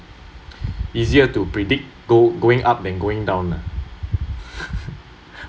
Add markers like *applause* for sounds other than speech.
easier to predict go going up than going down lah *laughs*